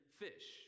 fish